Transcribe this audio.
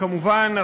כמובן,